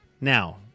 Now